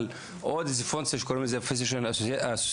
על עוד איזו פונקציה שקוראים לזה "physician association".